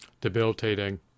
debilitating